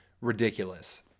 ridiculous